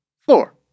four